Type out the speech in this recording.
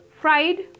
fried